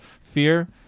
fear